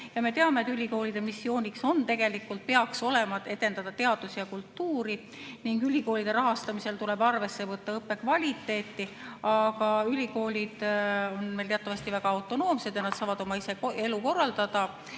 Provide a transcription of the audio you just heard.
Me teame, et ülikoolide missiooniks on tegelikult – peaks olema – edendada teadust ja kultuuri. Ülikoolide rahastamisel tuleb arvesse võtta õppekvaliteeti. Ülikoolid on meil teatavasti väga autonoomsed, nad saavad ise oma elu korraldada